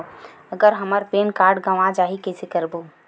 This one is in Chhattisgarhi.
अगर हमर पैन कारड गवां जाही कइसे करबो?